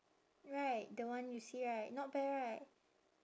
right the one you see right not bad right